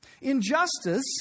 Injustice